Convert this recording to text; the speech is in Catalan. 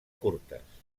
curtes